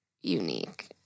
unique